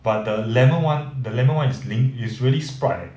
but the lemon one the lemon one is 柠 is really sprite eh